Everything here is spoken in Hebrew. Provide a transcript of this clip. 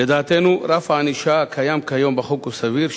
לדעתנו רף הענישה הקיים כיום בחוק הוא סביר,